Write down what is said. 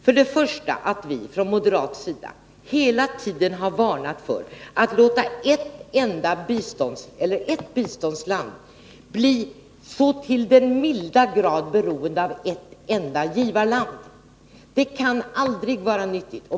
För det första har vi från moderat sida hela tiden varnat för att läta ett biståndsland bli så till den grad beroende av ett enda givarland. Det kan aldrig vara nyttigt.